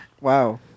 Wow